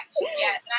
Yes